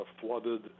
flooded